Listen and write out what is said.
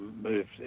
moved